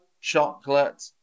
chocolate